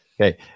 Okay